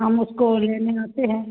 हम उसको लेने आते हैं